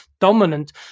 dominant